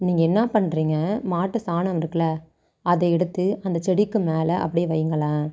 நீங்கள் என்ன பண்ணுறீங்க மாட்டு சாணம் இருக்குதுல அதை எடுத்து அந்த செடிக்கு மேலே அப்படே வைங்களேன்